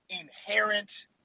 inherent